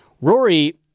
Rory